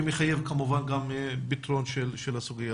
שמחייב כמובן פתרון של הסוגיה